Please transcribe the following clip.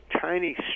tiny